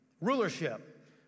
rulership